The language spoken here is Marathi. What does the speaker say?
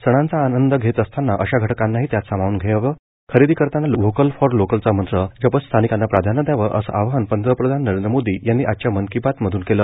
सणांचा आनंद घेत असताना अशा घटकांनाही त्यात सामावून घ्यावं खरेदी करताना लोकल फॉर व्होकल चा मंत्र जपत स्थानिकांना प्राधान्य द्यावं असं आवाहन पंतप्रधान नरेंद्र मोदी यांनी आजच्या मन की बात मधून केलं